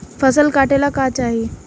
फसल काटेला का चाही?